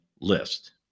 list